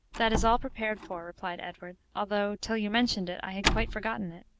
that is all prepared for, replied edward although, till you mentioned it, i had quite forgotten it.